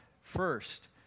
first